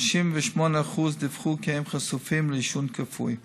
38% דיווחו כי הם חשופים לעישון כפוי,